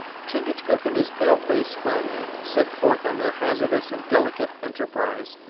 chingachgook and his pale-face friend set forth on their hazardous and delicate enterprise,